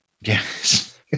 yes